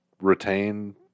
retain